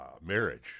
marriage